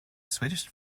switched